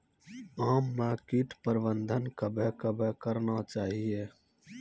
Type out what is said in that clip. आम मे कीट प्रबंधन कबे कबे करना चाहिए?